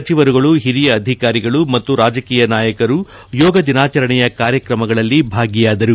ಸಚಿವರುಗಳು ಹಿರಿಯ ಅಧಿಕಾರಿಗಳು ಮತ್ತು ರಾಜಕೀಯ ನಾಯಕರು ಯೋಗ ದಿನಾಚರಣೆಯ ಕಾರ್ಯಕ್ರಮಗಳಲ್ಲಿ ಭಾಗಿಯಾದರು